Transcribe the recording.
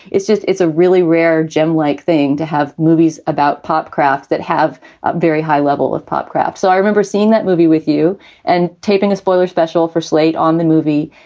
it's just it's a really rare gem like thing to have movies about pop craft that have a very high level of pop craft. so i remember seeing that movie with you and taping a spoiler special for slate on the movie.